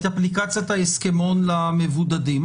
אפליקציית ההסכמון למבודדים.